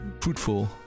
fruitful